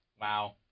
Wow